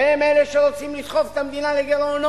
שהם אלה שרוצים לדחוף את המדינה לגירעונות,